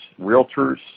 realtors